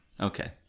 Okay